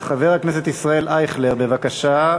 חבר הכנסת ישראל אייכלר, בבקשה.